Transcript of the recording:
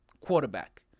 quarterback